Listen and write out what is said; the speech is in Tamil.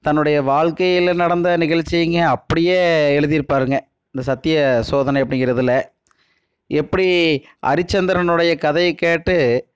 தன்னுடைய வாழ்க்கையில் நடந்த நிகழ்ச்சிங்க அப்படியே எழுதியிருப்பாருங்க இந்த சத்திய சோதனை அப்படிங்கிறதுல எப்படி அரிச்சந்திரனுடைய கதையைக் கேட்டு